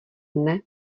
dne